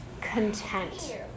content